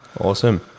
awesome